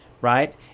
right